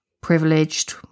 privileged